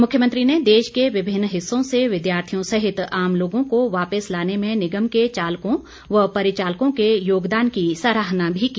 मुख्यमंत्री ने देश के विभिन्न हिस्सों से विद्यार्थियों सहित आम लोगों को वापिस लाने में निगम के चालकों व परिचालकों के योगदान की सराहना भी की